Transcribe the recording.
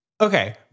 Okay